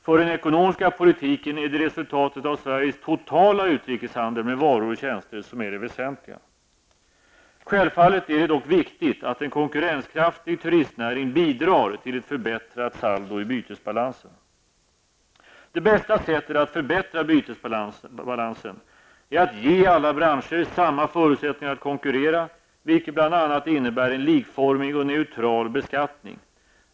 För den ekonomiska politiken är det resultatet av Sveriges totala utrikeshandel med varor och tjänster som är det väsentliga. Självfallet är det dock viktigt att en konkurrenskraftig turistnäring bidrar till ett förbättrat saldo i bytesbalansen. Det bästa sättet att förbättra bytesbalansen är att ge alla branscher samma förutsättningar att konkurrera, vilket bl.a. innebär en likformig och neutral beskattning.